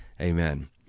amen